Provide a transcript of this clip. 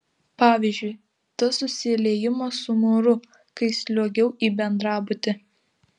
pavyzdžiui tas susiliejimas su mūru kai sliuogiau į bendrabutį